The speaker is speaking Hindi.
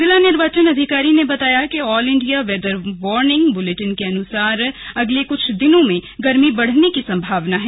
जिला निर्वाचन अधिकारी ने बताया कि all India weather warning bulletin के अनुसार अगले कुछ दिनों में गर्मी बढ़ने की संभावना है